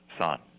son